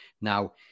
Now